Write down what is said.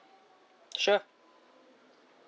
sure